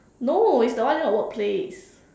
no it's the one near your workplace